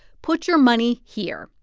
put your money here.